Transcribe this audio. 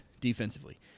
defensively